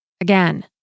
again